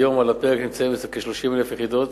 היום נמצאות על הפרק כ-30,000 יחידות